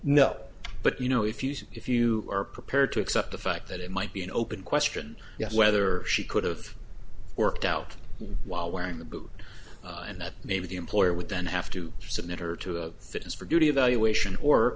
no but you know if you say if you are prepared to accept the fact that it might be an open question whether she could have worked out while wearing the boot and that maybe the employer would then have to submit her to a fitness for duty evaluation or